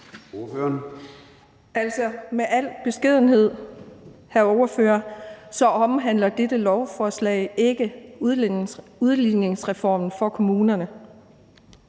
beskedenhed, hr. ordfører, så omhandler dette lovforslag ikke udligningsreformen for kommunerne.